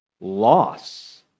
Loss